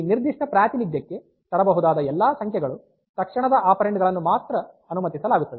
ಈ ನಿರ್ದಿಷ್ಟ ಪ್ರಾತಿನಿಧ್ಯಕ್ಕೆ ತರಬಹುದಾದ ಎಲ್ಲ ಸಂಖ್ಯೆಗಳು ತಕ್ಷಣದ ಆಪೆರಾನ್ಡ್ ಗಳನ್ನು ಮಾತ್ರ ಅನುಮತಿಸಲಾಗುತ್ತದೆ